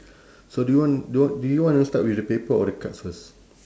so do you want do y~ do you want to start with the paper or the cards first